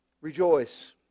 rejoice